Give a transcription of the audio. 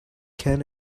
can